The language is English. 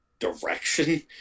Direction